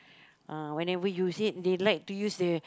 uh whenever you said they like to use the